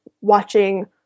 watching